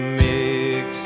mix